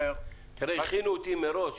הכינו אותי מראש.